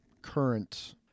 current